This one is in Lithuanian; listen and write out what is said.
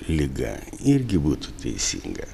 liga irgi būtų teisinga